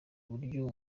buryo